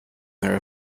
their